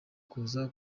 kuza